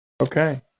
okay